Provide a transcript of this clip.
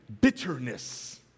bitterness